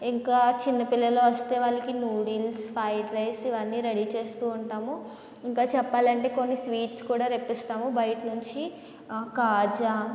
ఇంకా చిన్నపిల్లలు వస్తే వాళ్ళకి నూడిల్స్ ఫ్రైడ్ రైస్ ఇవన్నీ రెడీ చేస్తూ ఉంటాము ఇంకా చెప్పాలంటే కొన్ని స్వీట్స్ కూడా తెప్పిస్తాము బయటనుంచి కాజా